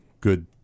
good